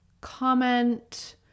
comment